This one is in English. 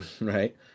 right